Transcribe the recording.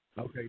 Okay